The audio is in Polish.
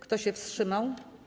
Kto się wstrzymał?